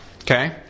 Okay